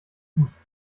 fuß